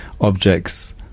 objects